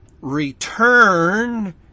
return